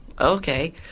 okay